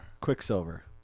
quicksilver